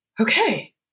okay